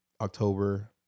October